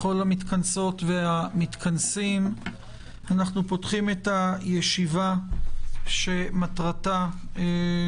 אני פותח את ישיבת ועדת החוקה, חוק ומשפט.